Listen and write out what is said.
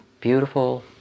beautiful